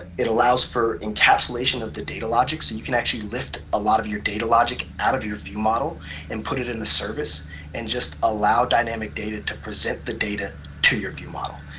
it allows for encapsulation of the data logic. so you can actually lift a lot of your data logic out of your viewmodel and put it into service and just allow dynamic data to present the data to your viewmodel.